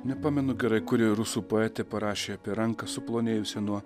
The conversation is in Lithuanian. nepamenu gerai kuri rusų poetė parašė apie ranką suplonėjusią nuo